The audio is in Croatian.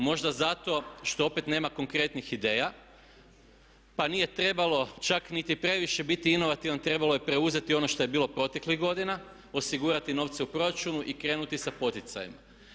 Možda zato što opet nema konkretnih ideja pa nije trebalo čak niti previše biti inovativan, trebalo je preuzeti ono što je bilo proteklih godina, osigurati novce u proračunu i krenuti sa poticajima.